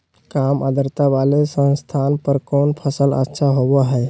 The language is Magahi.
काम आद्रता वाले स्थान पर कौन फसल अच्छा होबो हाई?